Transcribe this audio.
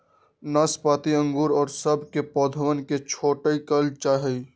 नाशपाती अंगूर और सब के पौधवन के छटाई कइल जाहई